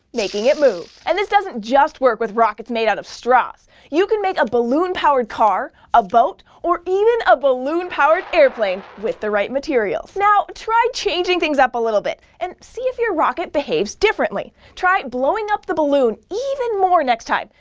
making it move. and this doesn't just work with rockets made of straws you can make a balloon-powered car, a boat, or even a balloon-powered airplane with the right materials! now, try changing things up a little bit, and see if your rocket behaves differently. try blowing up the balloon even more next time!